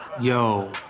Yo